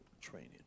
training